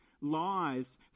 lies